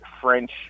French